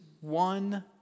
one